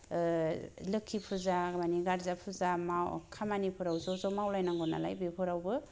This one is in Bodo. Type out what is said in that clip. ओ लोक्षी फुजा माने गारजा फुजा मा खामानिफोराव ज' ज' मावलायनांगौ नालाय बेफोरावबो